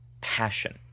passion